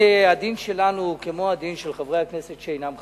הדין שלנו הוא כמו הדין של חברי הכנסת שאינם חרדים.